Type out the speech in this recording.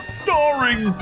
starring